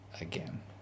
again